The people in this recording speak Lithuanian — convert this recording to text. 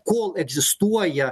kol egzistuoja